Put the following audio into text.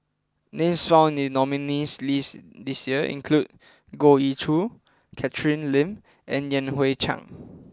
names found in nominees list this year include Goh Ee Choo Catherine Lim and Yan Hui Chang